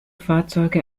fahrzeuge